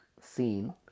scene